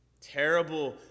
Terrible